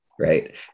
right